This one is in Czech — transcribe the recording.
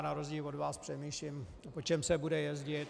Já na rozdíl od vás přemýšlím, po čem se bude jezdit.